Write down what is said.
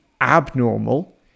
abnormal